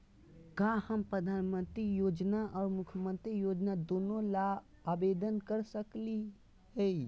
का हम प्रधानमंत्री योजना और मुख्यमंत्री योजना दोनों ला आवेदन कर सकली हई?